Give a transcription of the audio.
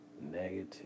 negative